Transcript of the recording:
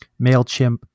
MailChimp